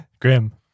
Grim